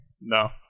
No